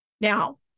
Now